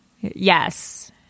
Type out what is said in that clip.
Yes